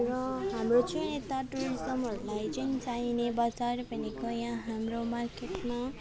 र हाम्रो चाहिँ यता टुरिज्महरूलाई चाहिँ चाहिने बजार भनेको यहाँ हाम्रो मार्केटमा